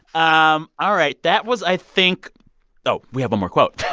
um all right. that was, i think oh, we have a more quote